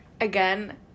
again